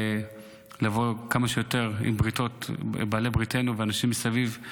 ולבוא לכמה שיותר עם בריתות עם בעלי בריתנו ואנשים מסביב,